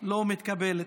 לא מתקבלת.